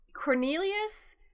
Cornelius